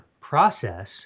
process